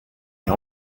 est